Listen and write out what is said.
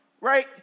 right